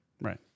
Right